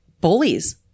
bullies